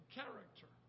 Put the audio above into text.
character